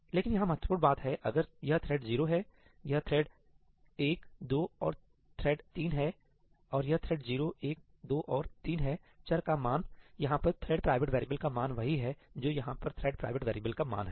लेकिन यहाँ महत्वपूर्ण बात है अगर यह थ्रेड 0 है यह थ्रेड 1 2 और थ्रेड 3 है और यह थ्रेड 0 1 2 और 3 है चर का मान यहाँ पर थ्रेड प्राइवेट वैरिएबल का मान वही है जो यहाँ पर थ्रेड प्राइवेट वैरिएबल का मान है